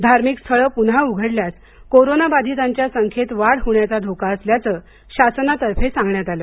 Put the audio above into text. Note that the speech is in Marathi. धार्मिक स्थळे पुन्हा उघडल्यास नागरिकांनी कोरोनाबाधितांच्या संख्येत वाढ होण्याचा धोका असल्याचं शासनातर्फे सांगण्यात आलं